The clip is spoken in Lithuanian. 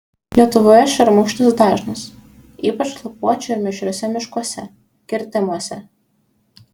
lietuvoje šermukšnis dažnas ypač lapuočių ir mišriuose miškuose kirtimuose